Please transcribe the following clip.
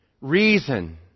reason